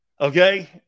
okay